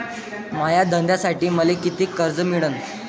माया धंद्यासाठी मले कितीक कर्ज मिळनं?